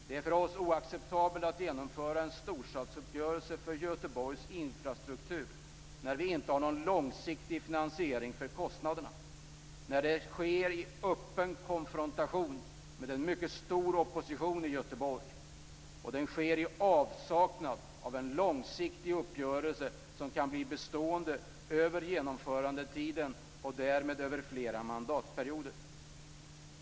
Det är för oss oacceptabelt att genomföra en storstadsuppgörelse för Göteborgs infrastruktur när vi inte har någon långsiktig finansiering för kostnaderna, när det sker i öppen konfrontation med en mycket stor opposition i Göteborg och i avsaknad av en långsiktig uppgörelse som kan bli bestående över genomförandetiden och därmed över flera mandatperioder.